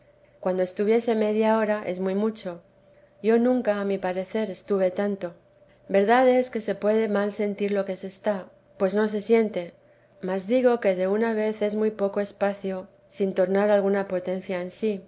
cuando estuviese media hora es muy mucho yo nunca a mi parecer estuve tanto verdad es que se puede mal sentir lo que se está pues no se siente mas digo que de una vez es muy poco espacio sin tornar alguna potencia en sí